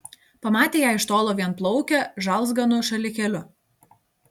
pamatė ją iš tolo vienplaukę žalzganu šalikėliu